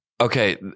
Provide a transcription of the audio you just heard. okay